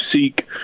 seek